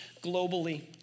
globally